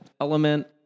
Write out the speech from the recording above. element